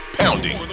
pounding